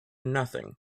nothing